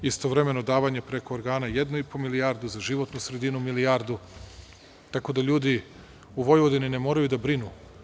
Istovremeno davanje preko organa jednu i po milijardu za životnu sredinu milijardu, tako da ljudi u Vojvodini ne moraju da brinu.